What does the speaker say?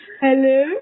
Hello